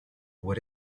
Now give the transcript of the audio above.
what